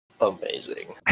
amazing